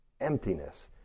emptiness